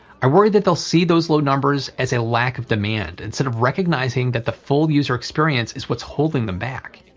i worry that they'll see those low numbers as a lack of demand instead of recognizing that the full user experience is what's holding them back.